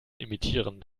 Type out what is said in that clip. imitieren